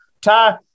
Ty